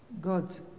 God